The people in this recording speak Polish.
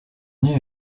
nie